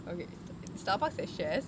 okay starbucks have shares